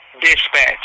Dispatch